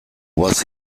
was